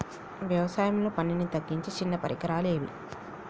వ్యవసాయంలో పనిని తగ్గించే చిన్న పరికరాలు ఏవి?